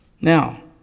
Now